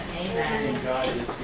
Amen